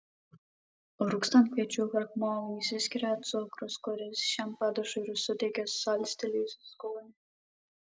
rūgstant kviečių krakmolui išsiskiria cukrus kuris šiam padažui ir suteikia salstelėjusį skonį